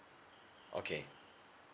okay